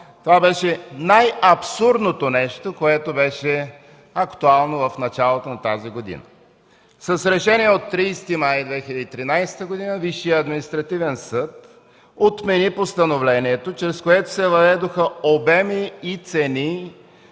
Това е най-абсурдното нещо, което беше актуално в началото на тази година. С решение от 30 май 2013 г. висшият Административен съд отмени постановлението, чрез което се въведоха обеми и цени